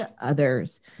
Others